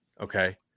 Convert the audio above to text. okay